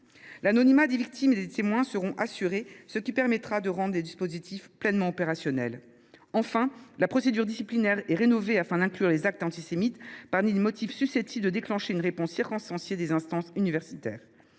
L’anonymat des victimes et des témoins sera assuré, ce qui permettra de rendre le dispositif pleinement opérationnel. Enfin, la procédure disciplinaire sera rénovée afin d’inclure les actes antisémites parmi les motifs susceptibles de déclencher une réponse circonstanciée des instances universitaires.